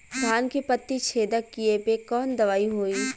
धान के पत्ती छेदक कियेपे कवन दवाई होई?